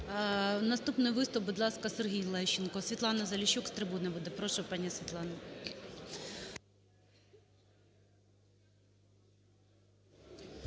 Наступний виступ, будь ласка, Сергій Лещенко. Світлана Заліщук з трибуни буде. Прошу, пані Світлана.